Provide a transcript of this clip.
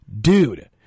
dude